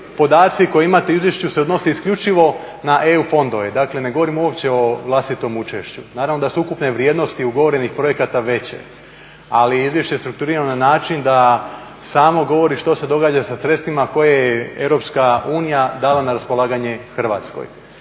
podaci koje imate u izvješću se odnose isključivo na EU fondove. Dakle, ne govorim uopće o vlastitom učešću. Naravno da su ukupne vrijednosti ugovorenih projekata veće, ali izvješće je strukturirano na način da samo govori što se događa sa sredstvima koje je Europska unija dala na raspolaganje Hrvatskoj,